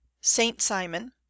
Saint-Simon